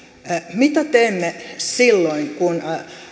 mitä teemme silloin kun